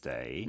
Day